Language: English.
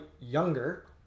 younger